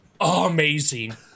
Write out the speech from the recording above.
amazing